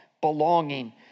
belonging